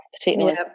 particularly